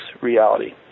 reality